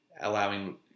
allowing